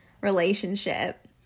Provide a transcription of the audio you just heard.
relationship